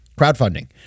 crowdfunding